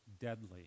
deadly